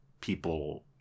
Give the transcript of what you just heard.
people